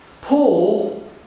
Paul